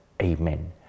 Amen